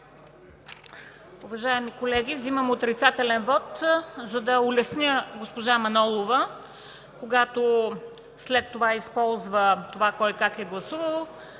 Уважаеми колеги, вземам отрицателен вот, за да улесня госпожа Манолова, когато след това използва това кой как е гласувал.